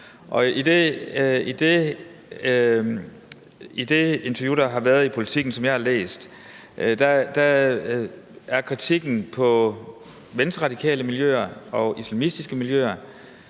I det interview, der har været i Politiken, og som jeg har læst, gik kritikken på de venstreradikale miljøer og de islamistiske miljøer,